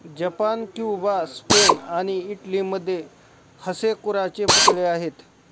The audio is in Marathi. जपान क्युबा स्पेन आणि इटलीमध्ये हसेकुराचे पुतळे आहेत